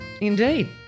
Indeed